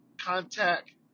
contact